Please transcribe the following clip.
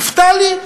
נפתלי,